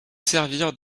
servir